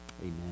Amen